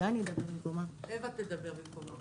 קר אווה תדבר במקומה.